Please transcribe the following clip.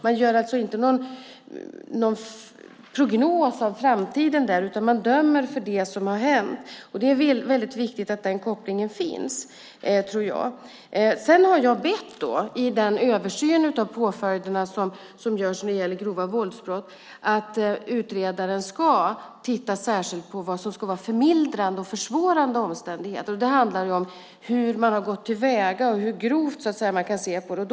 Man gör alltså inte någon prognos om framtiden, utan man dömer för det som har hänt. Jag tror att det är väldigt viktigt att den kopplingen finns. När det gäller den översyn av påföljderna för grova våldsbrott som görs har jag bett utredaren att titta särskilt på vad som ska vara förmildrande och försvårande omständigheter. Det handlar om hur personen i fråga har gått till väga och hur grovt man anser att det är.